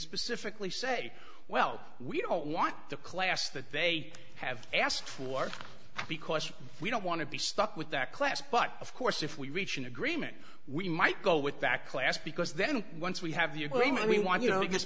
specifically say well we don't want the class that they have asked for because we don't want to be stuck with that class but of course if we reach an agreement we might go with that class because then once we have the equipment we want you know it